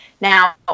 Now